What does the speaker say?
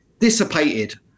Dissipated